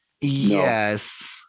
yes